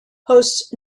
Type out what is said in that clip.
hosts